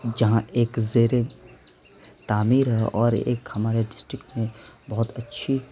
جہاں ایک زیر تعمیر ہے اور ایک ہمارے ڈسٹک میں بہت اچھی